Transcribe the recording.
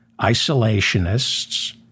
isolationists